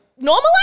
Normal